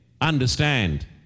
understand